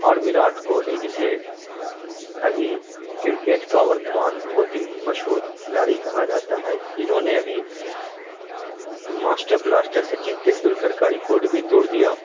اور وراٹ کوہلی جسے ابھی کرکٹ کا ورتمان بہت ہی مشہور کھلاڑی کہا جاتا ہے جنہوں نے ابھی ماشٹر بلاسٹر سچن تندولکر کا ڑیکارڈ بھی توڑ دیا